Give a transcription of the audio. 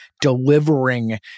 delivering